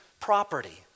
property